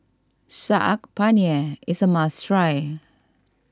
Saag Paneer is a must try